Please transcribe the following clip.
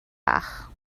bach